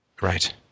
Right